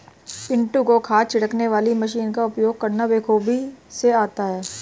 पिंटू को खाद छिड़कने वाली मशीन का उपयोग करना बेखूबी से आता है